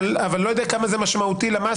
אבל אני לא יודע עד כמה זה משמעותי למסה.